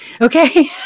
Okay